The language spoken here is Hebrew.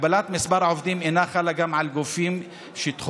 הגבלת מספר העובדים אינה חלה גם על גופים שתחומי